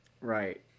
Right